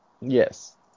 Yes